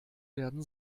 werden